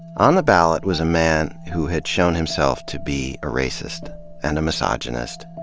on the ballot was a man who had shown himself to be a racist and a misogynist,